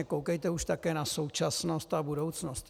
Koukejte už také na současnost a budoucnost.